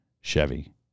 Chevy